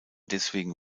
deswegen